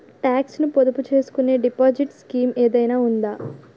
Talks ను పొదుపు చేసుకునే డిపాజిట్ స్కీం ఏదైనా ఉందా?